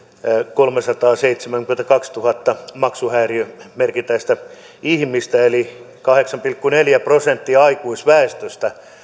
kolmesataaseitsemänkymmentäkaksituhatta maksuhäiriömerkintäistä ihmistä eli kahdeksan pilkku neljä prosenttia aikuisväestöstä